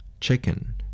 Chicken